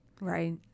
Right